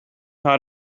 how